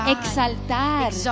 exaltar